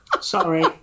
Sorry